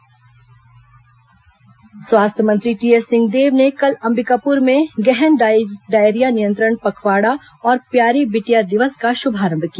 प्यारी बिटिया दिवस स्वास्थ्य मंत्री टीएस सिंहदेव ने कल अंबिकापुर में गहन डायरिया नियंत्रण पखवाड़ा और प्यारी बिटिया दिवस का श्भारंभ किया